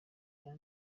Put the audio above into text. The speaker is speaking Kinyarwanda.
iya